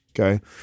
Okay